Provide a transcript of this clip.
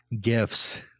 gifts